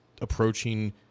approaching